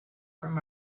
from